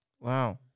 Wow